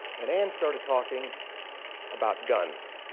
and ann started talking about guns.